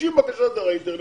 מגישים בקשות דרך האינטרנט,